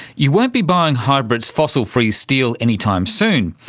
you won't be buying hybrit's fossil-free steel anytime soon,